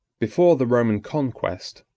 before the roman conquest,